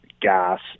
gas